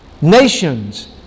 nations